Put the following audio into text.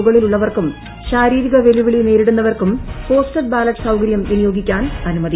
മുകളിലുള്ളവർക്കും ശാരീരിക വെല്ലുവിളി നേരിടുന്നവർക്കും പോസ്റ്റൽ ബാലറ്റ് സൌകര്യം വിനിയോഗിക്കാൻ അനുമതി